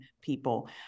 people